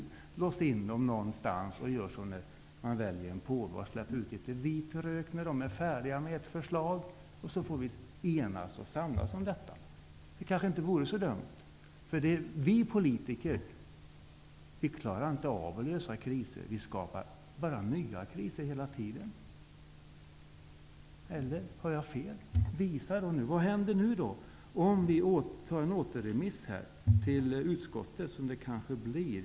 Låt oss låsa in dem någonstans precis som när man väljer påve. Då kan de släppa ut litet vit rök när de är färdiga med ett förslag. Sedan får vi enas och samlas kring detta. Det kanske inte vore så dumt. Vi politiker klarar inte av att lösa kriser. Vi skapar bara nya kriser hela tiden. Eller har jag fel? Vad händer nu om vi återremitterar ärendet till utskottet? Det blir kanske så.